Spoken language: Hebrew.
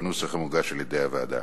בנוסח המוגש על-ידי הוועדה.